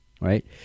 right